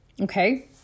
Okay